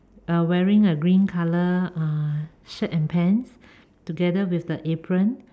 uh wearing a green color uh shirt and pants together with the apron